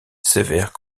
sévère